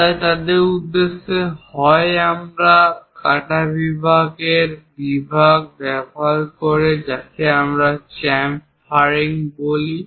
তাই তাদের উদ্দেশ্যে হয় আমরা কাটা ধরণের বিভাগ ব্যবহার করি যাকে আমরা চ্যামফারিং বলি